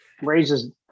raises